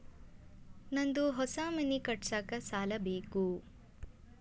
ನಂದು ಹೊಸ ಮನಿ ಕಟ್ಸಾಕ್ ಸಾಲ ಬೇಕು